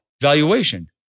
valuation